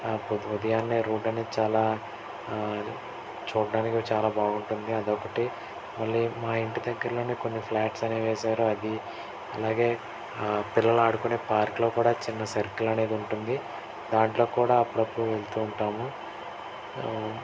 పొద్దు పొద్దుగానే రోడ్ అనేది చాలా చూడడానికి చాలా బాగుంటుంది అదొకటి మళ్ళీ మా ఇంటి దగ్గరలోనే కొన్ని ఫ్లాట్స్ అనేవి వేశారు అదీ అలాగే పిల్లలు ఆడుకునే పార్క్లో కూడా చిన్న సర్కిల్ అనేది ఉంటుంది దాంట్లో కూడా అప్పుడప్పుడు వెళ్తూ ఉంటాము